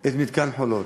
את מתקן "חולות",